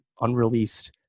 unreleased